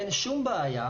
אין שום בעיה,